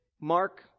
Mark